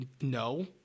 no